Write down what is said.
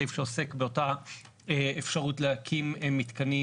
הסעיף שעוסק באותה אפשרות להקים מתקנים